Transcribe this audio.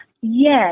Yes